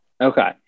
okay